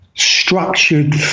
structured